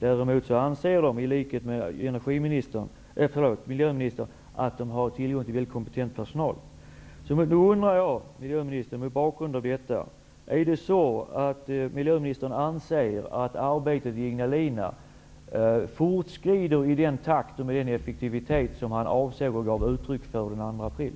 Däremot anser man på ABB i likhet med miljöministern att man har tillgång till kompetent personal. Mot denna bakgrund undrar jag om miljöministern anser att arbetet i Ignalina fortskrider i den takt och med den effektivitet som han talade om i debatten den 2 april.